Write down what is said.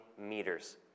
meters